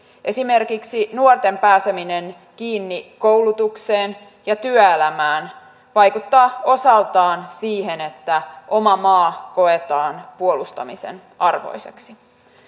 esimerkiksi nuorten pääseminen kiinni koulutukseen ja työelämään vaikuttaa osaltaan siihen että oma maa koetaan puolustamisen arvoiseksi